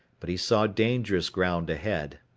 but he saw dangerous ground ahead.